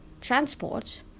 transport